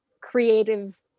creative